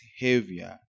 heavier